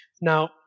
Now